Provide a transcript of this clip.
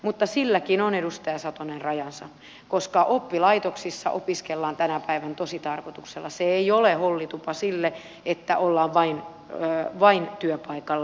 mutta silläkin on edustaja satonen rajansa koska oppilaitoksissa opiskellaan tänä päivänä tositarkoituksella se ei ole hollitupa sille että ollaan vain työpaikalla